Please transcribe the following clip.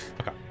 Okay